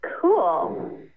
cool